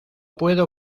puedo